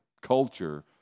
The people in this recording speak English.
culture